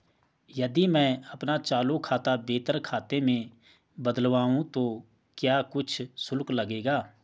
यदि मैं अपना चालू खाता वेतन खाते में बदलवाऊँ तो क्या कुछ शुल्क लगेगा?